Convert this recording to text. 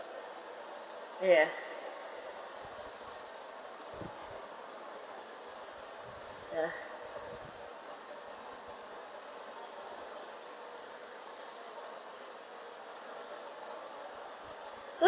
ya ya